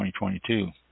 2022